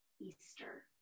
Easter